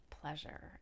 pleasure